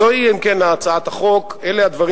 אם כן, זוהי הצעת החוק, אלה הדברים.